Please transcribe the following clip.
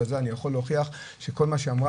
אני יכול להוכיח שכל מה שהיא אמרה